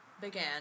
began